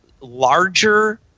larger